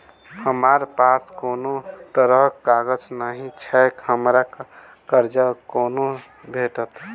हमरा पास कोनो तरहक कागज नहि छैक हमरा कर्जा कोना भेटत?